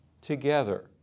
together